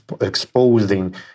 exposing